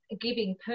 giving